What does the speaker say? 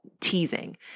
teasing